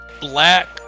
black